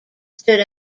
stood